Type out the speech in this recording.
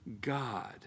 God